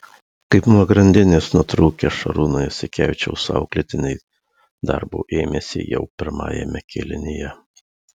kaip nuo grandinės nutrūkę šarūno jasikevičiaus auklėtiniai darbo ėmėsi jau pirmajame kėlinyje